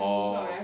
orh